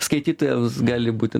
skaitytojams gali būti